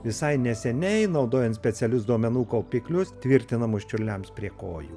visai neseniai naudojant specialius duomenų kaupiklius tvirtinamus čiurliams prie kojų